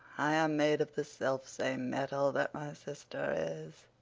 i am made of the selfsame metal that my sister is,